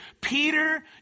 Peter